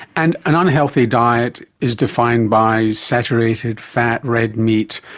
and an unhealthy diet is defined by saturated fat, red meat,